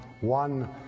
one